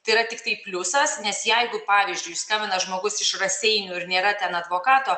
tai yra tiktai pliusas nes jeigu pavyzdžiui skambina žmogus iš raseinių ir nėra ten advokato